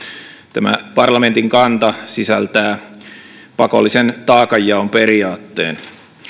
tämä parlamentin kanta sisältää pakollisen taakanjaon periaatteen